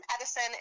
Edison